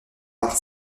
par